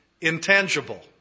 intangible